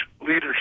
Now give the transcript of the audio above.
leadership